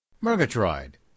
Murgatroyd